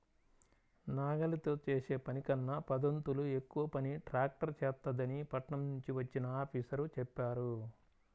నాగలితో చేసే పనికన్నా పదొంతులు ఎక్కువ పని ట్రాక్టర్ చేత్తదని పట్నం నుంచి వచ్చిన ఆఫీసరు చెప్పాడు